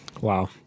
Wow